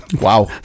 Wow